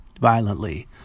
violently